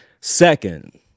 Second